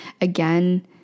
again